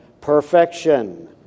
perfection